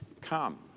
come